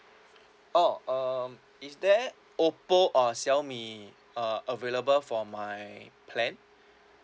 oh um is there oppo or xiaomi uh available for my plan